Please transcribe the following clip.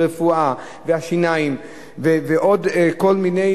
רפואה ושיניים ועוד כל מיני